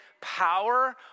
power